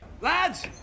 Lads